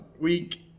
week